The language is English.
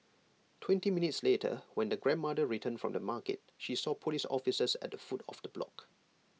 twenty minutes later when the grandmother returned from the market she saw Police officers at the foot of the block